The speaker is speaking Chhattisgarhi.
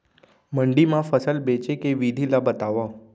मंडी मा फसल बेचे के विधि ला बतावव?